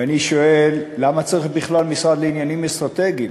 ואני שואל: למה צריך בכלל משרד לעניינים אסטרטגיים?